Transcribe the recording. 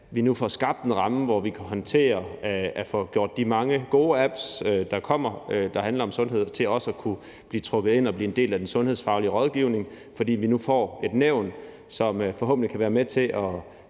nu får skabt en ramme, hvor vi kan håndtere de mange gode apps, der kommer, som handler om sundhed, i forhold til at de kan blive trukket ind i og blive en del af den sundhedsfaglige rådgivning, fordi vi nu får et nævn, som forhåbentlig kan være med til at